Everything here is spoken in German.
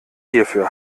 hierfür